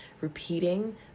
repeating